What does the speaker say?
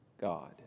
God